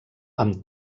amb